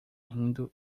rindo